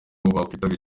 bakwitabira